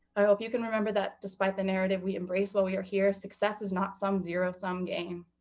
i hope you can remember that, despite the narrative we embrace while we are here, success is not some zero sum game.